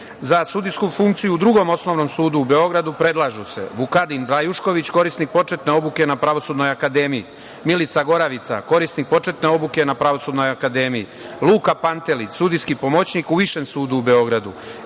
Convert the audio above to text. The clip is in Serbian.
sudijsku funkciju u Drugom osnovnom sudu u Beogradu predlažu se: Vukadin Brajušković, korisnik početne obuke na Pravosudnoj akademiji, Milica Goravica korisnik početne obuke na Pravosudnoj akademiji, Luka Pantelić, sudijski pomoćnik u Višem sudu u Beogradu,